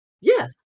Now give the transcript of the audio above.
Yes